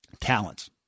talents